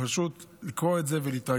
פשוט לקרוא את זה ולהתרגש.